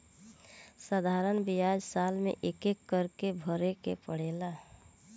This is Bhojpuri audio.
साधारण ब्याज साल मे एक्के बार भरे के पड़ेला